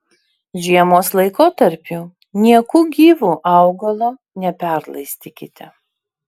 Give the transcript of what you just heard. žiemos laikotarpiu nieku gyvu augalo neperlaistykite